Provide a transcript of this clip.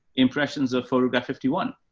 impressions of photograph fifty one,